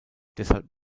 deshalb